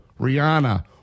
Rihanna